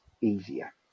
easier